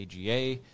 AGA